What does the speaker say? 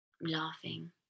laughing